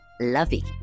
lovey